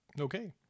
Okay